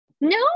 no